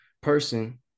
person